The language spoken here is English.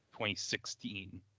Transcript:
2016